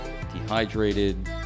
dehydrated